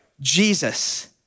Jesus